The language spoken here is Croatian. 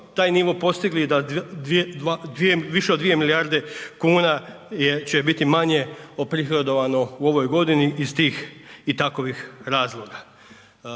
taj nivo postigli i da više od 2 milijarde kuna će biti manje uprihodovano u ovoj godini iz tih i takovih razloga.